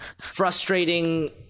frustrating